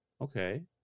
okay